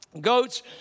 goats